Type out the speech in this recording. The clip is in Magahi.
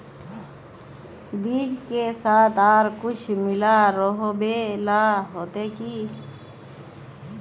बीज के साथ आर कुछ मिला रोहबे ला होते की?